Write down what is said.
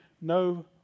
no